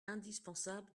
indispensable